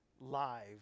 live